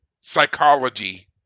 psychology